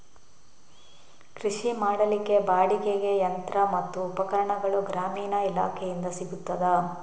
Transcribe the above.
ಕೃಷಿ ಮಾಡಲಿಕ್ಕೆ ಬಾಡಿಗೆಗೆ ಯಂತ್ರ ಮತ್ತು ಉಪಕರಣಗಳು ಗ್ರಾಮೀಣ ಇಲಾಖೆಯಿಂದ ಸಿಗುತ್ತದಾ?